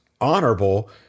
honorable